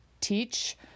teach